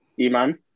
iman